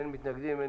מתנגדים.